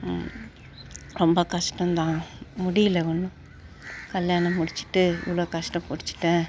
ரொம்ப கஷ்டந்தான் முடியல ஒன்றும் கல்யாணம் முடிச்சுட்டு இவ்வளோ கஷ்டப்புடிச்சிட்டேன்